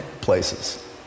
places